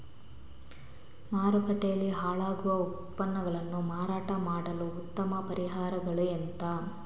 ಮಾರುಕಟ್ಟೆಯಲ್ಲಿ ಹಾಳಾಗುವ ಉತ್ಪನ್ನಗಳನ್ನು ಮಾರಾಟ ಮಾಡಲು ಉತ್ತಮ ಪರಿಹಾರಗಳು ಎಂತ?